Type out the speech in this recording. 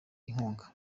inkunga